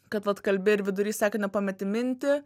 kad vat kalbi ir vidury sakinio pameti mintį